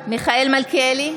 מיכאל מלכיאלי,